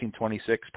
1926